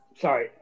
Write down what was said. Sorry